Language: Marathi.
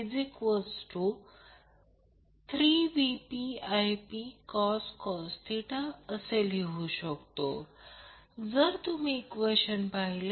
उदाहरणार्थ जर हे VAN असेल तर फक्त यामधील व्होल्टेज आहे ते देखील Δ कनेक्टेड लोड आहे